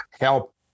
help